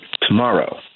tomorrow